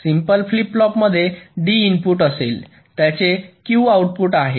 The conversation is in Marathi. सिम्पल फ्लिप फ्लॉपमध्ये D इनपुट असेल त्याचे Q आउटपुट आहे